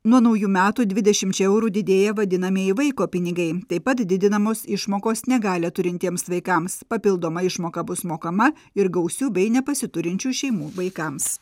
nuo naujų metų dvidešimčia eurų didėja vadinamieji vaiko pinigai taip pat didinamos išmokos negalią turintiems vaikams papildoma išmoka bus mokama ir gausių bei nepasiturinčių šeimų vaikams